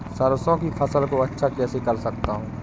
सरसो की फसल को अच्छा कैसे कर सकता हूँ?